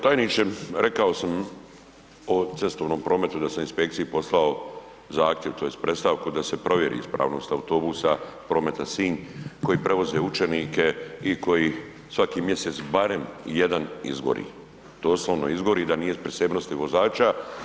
Tajniče, rekao sam o cestovnom prometu da sam inspekciji poslao zahtjev tj. predstavku da se provjeri ispravnost autobusa Prometa Sinj koji prevoze učenike i koji svaki mjesec barem jedan izgori, doslovni izgori, da nije prisebnosti vozača.